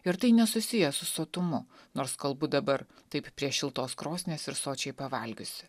ir tai nesusiję su sotumu nors kalbu dabar taip prie šiltos krosnies ir sočiai pavalgiusi